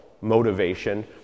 motivation